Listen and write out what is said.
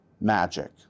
magic